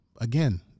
again